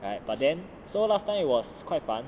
right but then so last time it was quite fun